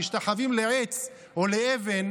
משתחווים לעץ או לאבן,